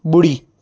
ॿुड़ी